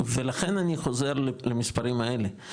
ולכן אני חוזר למספרים האלה,